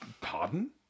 Pardon